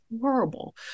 horrible